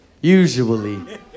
Usually